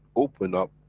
open up,